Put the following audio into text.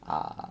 ah